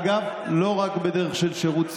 אגב, לא רק בדרך של שירות צבאי,